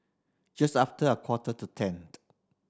just after a quarter to ten